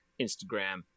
Instagram